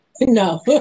No